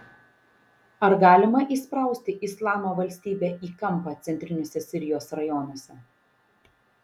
ar galima įsprausti islamo valstybę į kampą centriniuose sirijos rajonuose